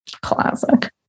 Classic